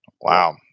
Wow